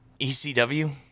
ECW